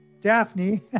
Daphne